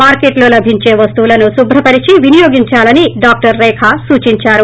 మార్కెట్లో లభించే వస్తువులను శుభ్రపరిచి వినియోగించాలని డాక్టర్ రేఖ సూచించారు